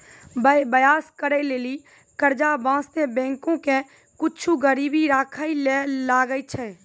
व्यवसाय करै लेली कर्जा बासतें बैंको के कुछु गरीबी राखै ले लागै छै